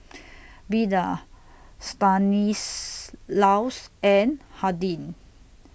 Beda Stanislaus and Hardin